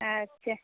अच्छे